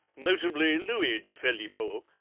notably louis de phelippeaux,